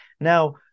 Now